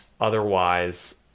otherwise